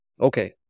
okay